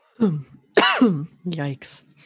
Yikes